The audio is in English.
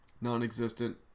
Non-existent